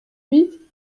huit